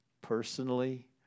Personally